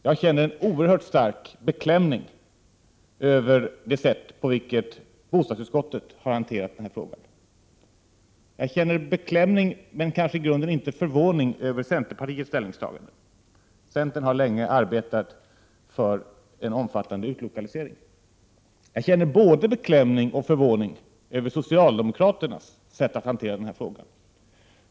Jag känner en oerhört stark beklämning över det sätt på vilket bostadsutskottet har hanterat denna fråga. Jag känner beklämning, men kanske i grunden inte förvåning över centerpartiets ställningstagande — centern har ju länge arbetat för en omfattande utlokalisering. Jag känner både beklämning och förvåning över socialdemokraternas sätt att hantera denna fråga.